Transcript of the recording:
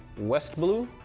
west blue,